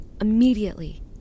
Immediately